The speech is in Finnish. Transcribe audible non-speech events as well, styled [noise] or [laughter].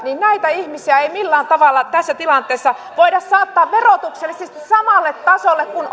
ei millään tavalla tässä tilanteessa voida saattaa verotuksellisesti samalle tasolle kuin [unintelligible]